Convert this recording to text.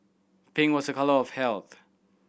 pink was a colour of health